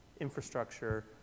infrastructure